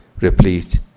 replete